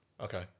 Okay